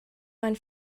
find